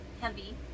heavy